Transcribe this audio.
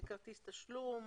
כרטיס תשלום